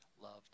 loved